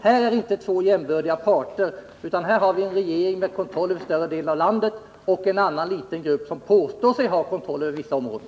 Här är det inte fråga om två jämbördiga parter, utan här finns en regering med kontroll över större delen av landet och en liten grupp som påstår sig ha kontroll över vissa områden.